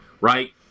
right